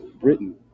Britain